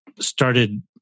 started